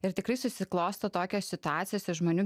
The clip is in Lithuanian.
ir tikrai susiklosto tokios situacijos ir žmonių